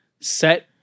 set